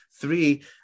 Three